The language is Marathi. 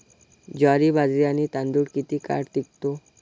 ज्वारी, बाजरी आणि तांदूळ किती काळ टिकतो?